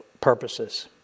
purposes